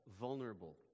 vulnerable